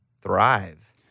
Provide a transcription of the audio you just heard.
thrive